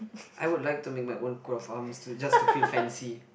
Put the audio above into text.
I would like to make my own coat of arms to just to feel fancy